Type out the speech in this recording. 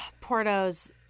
Porto's